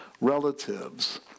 relatives